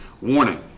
warning